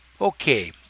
Okay